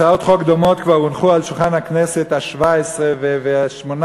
הצעות חוק דומות כבר הונחו על שולחן הכנסת השבע-עשרה והשמונה-עשרה,